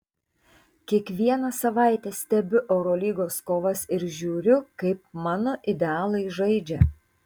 kiekvieną savaitę stebiu eurolygos kovas ir žiūriu kaip mano idealai žaidžia